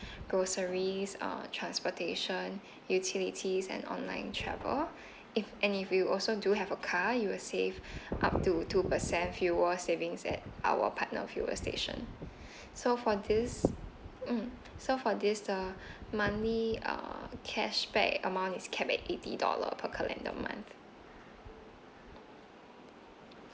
groceries uh transportation utilities and online travel if and if you also do have a car you'll save up to two percent fuel savings at our partner fuel station so for this hmm so for this err money err cashback amount is capped at eighty dollar per calendar month